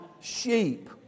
sheep